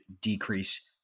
decrease